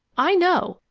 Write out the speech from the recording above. i know,